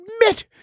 admit